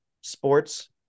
sports